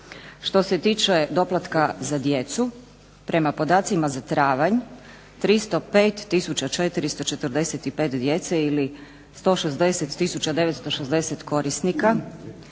Što se tiče doplatka za djecu, prema podacima za travanj 305 tisuća 445 djece ili 160 tisuća 960 korisnika